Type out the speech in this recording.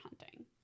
hunting